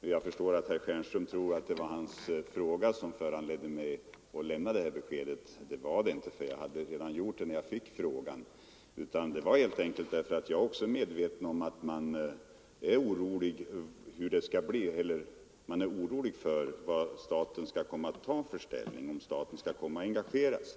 Jag förstår att herr Stjernström tror att det var hans fråga som föranledde mig att lämna detta besked, men så var det inte. Jag hade redan lämnat beskedet när jag fick frågan. Anledningen till beskedet var att också jag är medveten om att man är angelägen om att få veta om staten skall engagera sig i detta sammanhang.